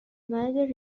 merger